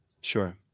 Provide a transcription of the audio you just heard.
Sure